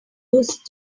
used